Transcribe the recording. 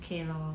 okay lor